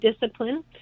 discipline